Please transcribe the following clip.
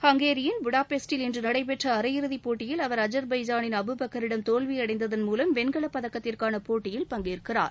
ஹங்கேரியின் புடாபெஸ்ட்டீல் இன்று நடைபெற்ற அரையிறுதி போட்டியில் அவர் அஜர்பைஜானின் அபுபக்கரிடம் தோல்வி அடந்ததன் மூலம் வெண்கலப் பதக்கத்திற்கான போட்டியில் பங்கேற்கிறார்